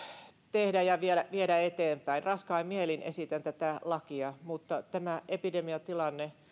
tehdä ja viedä eteenpäin raskain mielin esitän tätä lakia mutta tämä epidemiatilanne